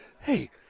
hey